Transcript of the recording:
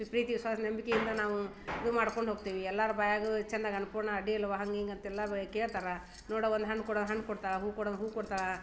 ಪ್ರೀತಿ ವಿಶ್ವಾಸ ನಂಬಿಕೆಯಿಂದ ನಾವು ಇದು ಮಾಡ್ಕೊಂಡು ಹೋಗ್ತೀವಿ ಎಲ್ಲರ ಬಾಯಾಗೂ ಚಂದಾಗ ಅನ್ನಪೂರ್ಣ ಅಡ್ಡಿ ಇಲ್ಲವ್ವ ಹಂಗೆ ಹಿಂಗೆ ಅಂತೆಲ್ಲ ಎಲ್ಲ ಬ ಕೇಳ್ತಾರೆ ನೋಡು ಒಂದು ಹಣ್ಣು ಕೊಡು ಹಣ್ಣು ಕೊಡ್ತಾಳೆ ಹೂ ಕೊಡು ಅಂದ್ರ್ ಹೂ ಕೊಡ್ತಾಳೆ